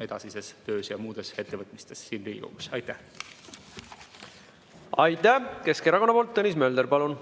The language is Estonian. edasises töös ja muudes ettevõtmistes siin Riigikogus. Aitäh! Aitäh! Keskerakonna nimel Tõnis Mölder, palun!